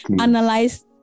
analyze